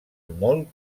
molt